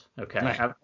okay